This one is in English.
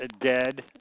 dead